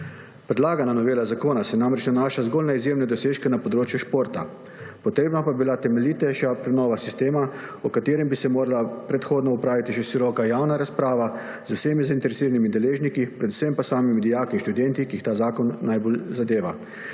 Predlagana novela zakona se namreč nanaša zgolj na izjemne dosežke na področju športa, potrebna pa bi bila temeljitejša prenova sistema, o kateri bi se morala predhodno opraviti še široka javna razprava z vsemi zainteresiranimi deležniki, predvsem pa s samimi dijaki in študenti, ki jih ta zakon najbolj zadeva.